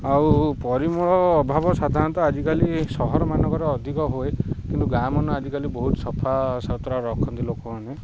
ଆଉ ପରିମଳ ଅଭାବ ସାଧାରଣତଃ ଆଜିକାଲି ସହର ମାନଙ୍କର ଅଧିକ ହୁଏ କିନ୍ତୁ ଗାଁ ମାନ ଆଜିକାଲି ବହୁତ ସଫାସତୁରା ରଖନ୍ତି ଲୋକମାନେ